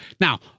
Now